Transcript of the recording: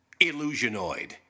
Illusionoid